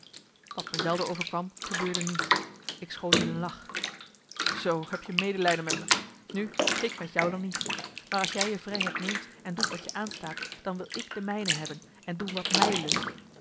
me zelden overkwam gebeurde nu ik schoot in een lach zoo heb je medelijden met me nu ik met jou dan niet maar als jij je vrijheid neemt en doet wat je aanstaat dan wil ik de mijne hebben en doen wat mij lust